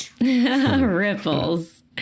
Ripples